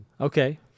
Okay